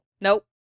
Nope